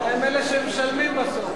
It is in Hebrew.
הם אלה שמשלמים בסוף.